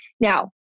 Now